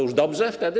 Już dobrze wtedy?